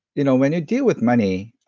you know when you deal with money,